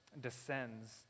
descends